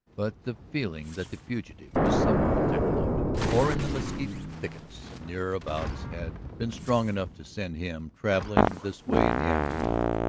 but the feeling that the fugitive was somewhere in tecolote or in the mesquite thickets near abouts had been strong enough to send him travelling this way in the afternoon,